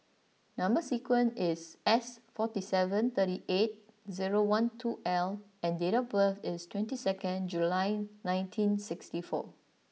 number sequence is S forty seven thirty eight zero one two L and date of birth is twenty second July nineteen sixty four